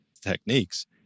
techniques